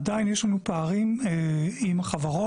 עדיין יש לנו פערים עם החברות.